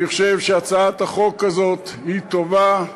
אני חושב שהצעת החוק הזאת היא טובה.